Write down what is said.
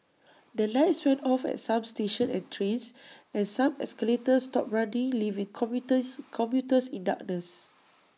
the lights went off at some stations and trains and some escalators stopped running leaving commuters commuters in darkness